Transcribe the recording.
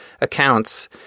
accounts